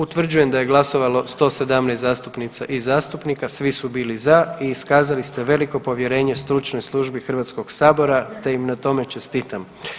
Utvrđujem da je glasovalo 117 zastupnica i zastupnika, svi su bili za i iskazali ste veliko povjerenje Stručnoj službi Hrvatskog sabora te im na tome čestitam.